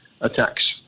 attacks